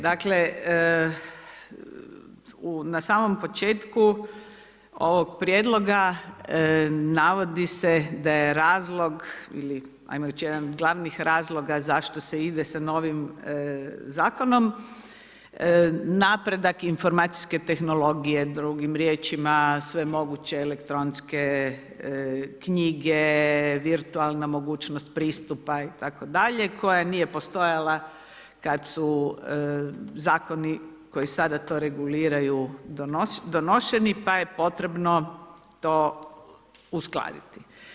Dakle, na samom početku ovog prijedloga navodi se da je razlog ili ajmo reći jedan od glavnih razloga zašto se ide sa novim zakonom, napredak informacijske tehnologije, drugim riječima sve moguće elektronske knjige, virtualna mogućnost pristupa itd. koja nije postojala kad su zakoni koji sada to reguliraju donošeni pa je potrebno to uskladiti.